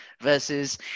versus